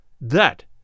That